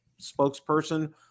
spokesperson